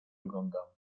oglądam